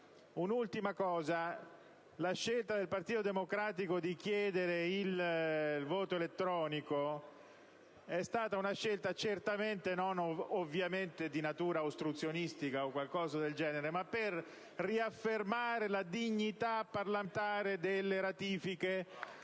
Da ultimo, la scelta del Partito Democratico di chiedere il voto elettronico è stata una scelta, ovviamente, non di natura ostruzionistica, ma per riaffermare la dignità parlamentare delle ratifiche.